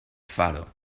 faro